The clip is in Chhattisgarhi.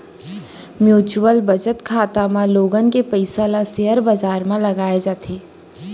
म्युचुअल बचत खाता म लोगन के पइसा ल सेयर बजार म लगाए जाथे